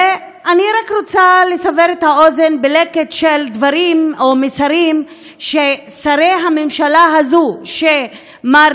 ואני רק רוצה לסבר את האוזן בלקט של דברים או מסרים ששרי הממשלה הזו שמר